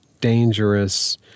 dangerous